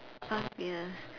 five years